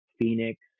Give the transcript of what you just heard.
Phoenix